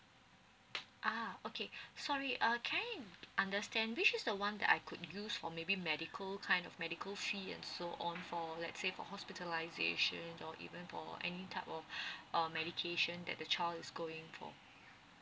uh okay sorry uh can I understand which is the one that I could use for maybe medical kind of medical fee and so on for let's say for hospitalization or even for any type of uh medication that the child is going for